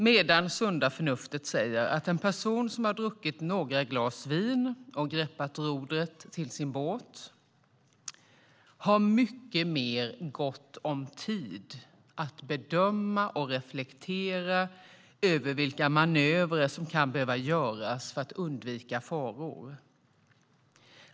Men det sunda förnuftet säger att en person som har druckit några glas vin och greppat rodret till sin båt har mycket mer gott om tid att bedöma och reflektera över vilka manövrer som kan behöva göras för att undvika faror.